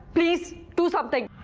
please do something.